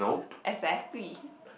exactly